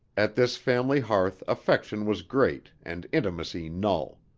at this family hearth affection was great and intimacy null.